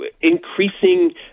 increasing